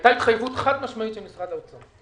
הייתה התחייבות חד-משמעית של משרד האוצר.